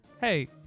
hey